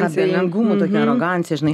abejingumu tokia arogancija žinai